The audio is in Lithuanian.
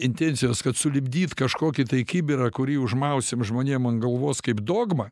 intencijos kad sulipdyt kažkokį tai kibirą kurį užmausim žmonėm ant galvos kaip dogmą